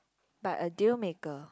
but a deal maker